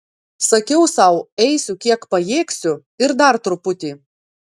sakiau sau eisiu kiek pajėgsiu ir dar truputį